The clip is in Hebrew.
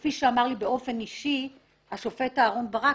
כפי שאמר לי באופן אישי השופט אהרון ברק